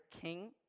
king